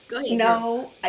No